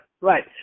right